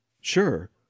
Sure